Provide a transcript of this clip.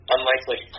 Unlikely